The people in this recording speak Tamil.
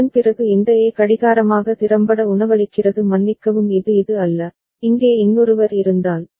அதன்பிறகு இந்த A கடிகாரமாக திறம்பட உணவளிக்கிறது மன்னிக்கவும் இது அல்ல இங்கே இன்னொருவர் இருந்தால்